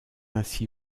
ainsi